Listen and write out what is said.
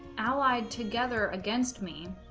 allied together against me